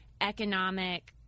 economic